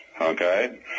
Okay